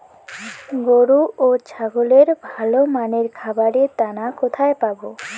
গরু ও ছাগলের ভালো মানের খাবারের দানা কোথায় পাবো?